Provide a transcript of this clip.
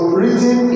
written